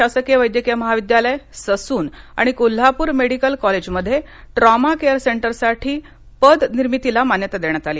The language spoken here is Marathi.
शासकीय वैद्यकीय महाविद्यालय ससून आणि कोल्हापूर मेडिकल कॉलेजमध्ये ट्रॉमा केअर सेंटरसाठी पदनिर्मितीला मान्यता देण्यात आली